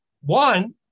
One